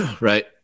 right